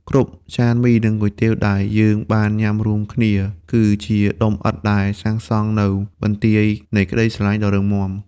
គ្រប់ចានមី និងគុយទាវដែលយើងបានញ៉ាំរួមគ្នា គឺជាដុំឥដ្ឋដែលសាងសង់នូវបន្ទាយនៃក្តីស្រឡាញ់ដ៏រឹងមាំ។